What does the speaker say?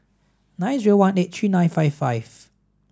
nine zero one eight three nine five five